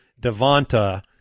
Devonta